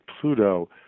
Pluto